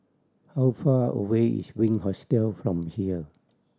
how far away is Wink Hostel from here